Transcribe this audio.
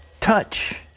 touch.